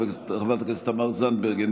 חבר הכנסת סמי אבו שחאדה,